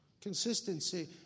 Consistency